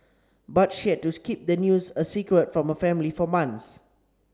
but she had to keep the news a secret from her family for months